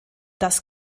das